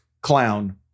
clown